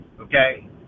okay